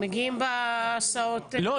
הם מגיעים בהסעות --- לא,